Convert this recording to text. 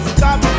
Stop